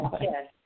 Yes